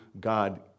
God